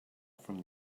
from